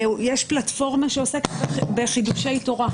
יש פלטפורמה שעוסקת בחידושי תורה,